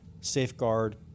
safeguard